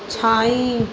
शाईं